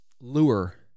lure